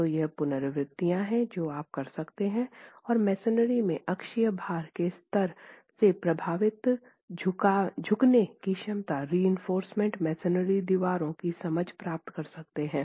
तो ये पुनरावृत्तियां हैं जो आप कर सकते हैं और मसोनरी में अक्षीय भार के स्तर से प्रभावित झुकने की क्षमता रिइंफोर्स मसोनरी दीवारों की समझ प्राप्त कर सकते हैं